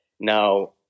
Now